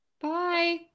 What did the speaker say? bye